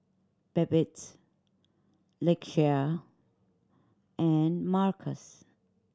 Babettes Lakeshia and Marcus